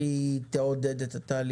אבל איך היא תעודד את התהליכים?